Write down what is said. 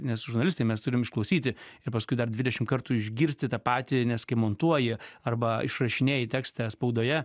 nes žurnalistai mes turim išklausyti ir paskui dar dvidešimt kartų išgirsti tą patį nes kai montuoji arba išrašinėji tekstą spaudoje